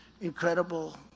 incredible